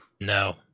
No